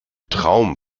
traum